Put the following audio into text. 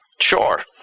Sure